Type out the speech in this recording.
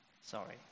Sorry